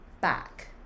back